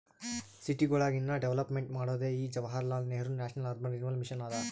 ಸಿಟಿಗೊಳಿಗ ಇನ್ನಾ ಡೆವಲಪ್ಮೆಂಟ್ ಮಾಡೋದೇ ಈ Jawaharlal Nehru national urban renewal mission ಅದಾ